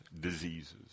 diseases